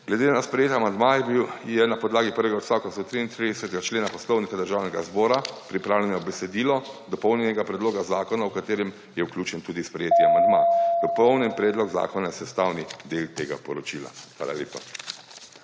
Glede na sprejeti amandma je na podlagi prvega odstavka 133. člena Poslovnika Državnega zbora pripravljeno besedilo dopolnjenega predloga zakona, v katerem je vključen tudi sprejeti amandma. Dopolnjen predlog zakona je sestavni del tega poročila. Hvala lepa.